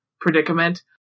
predicament